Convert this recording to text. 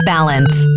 Balance